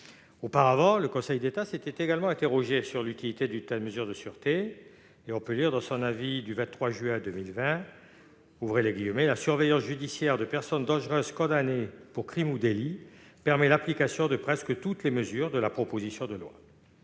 Auparavant, le Conseil d'État s'était déjà interrogé sur l'utilité d'une telle mesure de sûreté. Dans son avis publié le 23 juin 2020, il a énoncé que « la surveillance judiciaire de personnes dangereuses condamnées pour crime ou délit permet l'application de presque toutes les mesures de la proposition de loi ».